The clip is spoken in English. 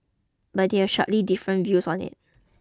but they have sharply different views on it